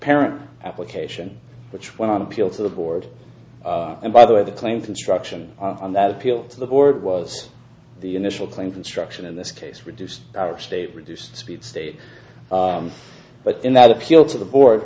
parent application which went on appeal to the board and by the way the claim construction on that appeal to the board was the initial claim construction in this case reduced our state reduced speed state but in that appeal to the board